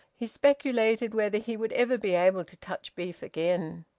he speculated whether he would ever be able to touch beef again.